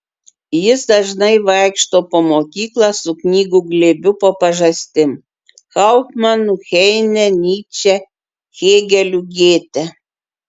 jis dažnai vaikšto po mokyklą su knygų glėbiu po pažastim hauptmanu heine nyče hėgeliu gėte